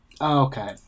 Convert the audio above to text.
Okay